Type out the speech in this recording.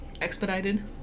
expedited